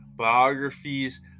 biographies